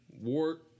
Wart